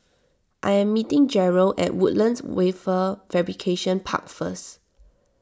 I am meeting Jerel at Woodlands Wafer Fabrication Park First